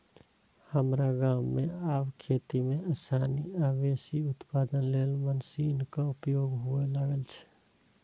हमरा गाम मे आब खेती मे आसानी आ बेसी उत्पादन लेल मशीनक उपयोग हुअय लागल छै